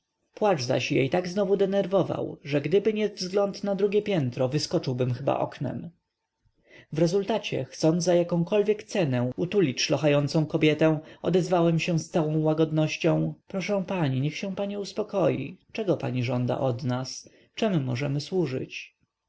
tak znowu denerwował że gdyby nie wzgląd na drugie piętro wyskoczyłbym chyba oknem w rezultacie chcąc za jakąkolwiek cenę utulić szlochającą kobietę odezwałem się z całą łagodnością proszę pani niech się pani uspokoi czego pani żąda od nas czem możemy służyć